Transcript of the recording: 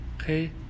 Okay